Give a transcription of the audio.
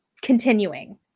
continuing